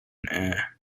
air